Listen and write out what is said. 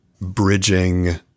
bridging